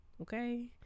Okay